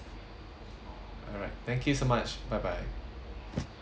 alright thank you so much bye bye